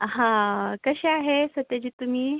हां कसे आहे सत्यजीत तुम्ही